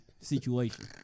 situation